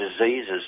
diseases